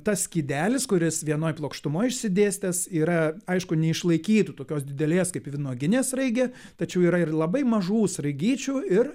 tas skydelis kuris vienoj plokštumoj išsidėstęs yra aišku neišlaikytų tokios didelės kaip vynuoginė sraigė tačiau yra ir labai mažų sraigyčių ir